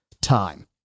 time